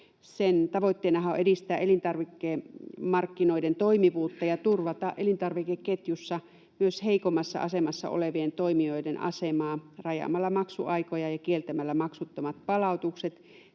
tavoitteenahan on edistää elintarvikemarkkinoiden toimivuutta ja turvata elintarvikeketjussa myös heikommassa asemassa olevien toimijoiden asemaa rajaamalla maksuaikoja ja kieltämällä maksuttomat palautukset